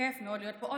כיף מאוד להיות פה.